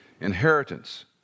Inheritance